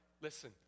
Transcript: listen